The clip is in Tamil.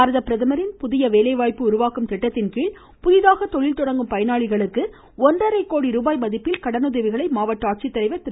பாரதப்பிரதமரின் புதிய வேலைவாய்ப்பு உருவாக்கும் திட்டத்தின்கீழ் புதிதாக தொழில்தொடங்கும் பயனாளிகளுக்கு ஒன்றரை கோடி கடனுதவிகளை மாவட்ட ஆட்சித்தலைவா் திரு